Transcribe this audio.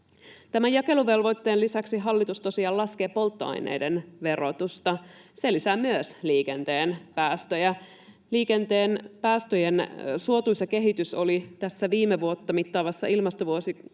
Tämän jakeluvelvoitteen lisäksi hallitus tosiaan laskee polttoaineiden verotusta. Se lisää myös liikenteen päästöjä. Liikenteen päästöjen suotuisa kehitys oli viime vuotta mittaavassa ilmastovuosikertomuksessa